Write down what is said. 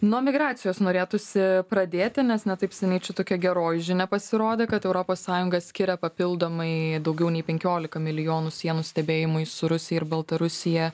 nuo migracijos norėtųsi pradėti nes ne taip seniai čia tokia geroji žinia pasirodė kad europos sąjunga skiria papildomai daugiau nei penkiolika milijonų sienų stebėjimui su rusija ir baltarusija